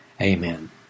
Amen